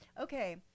Okay